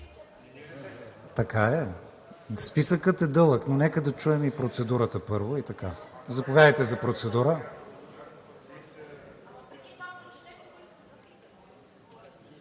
Така е. Списъкът е дълъг, но нека да чуем и процедурата първо. Заповядайте, за процедура.